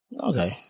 okay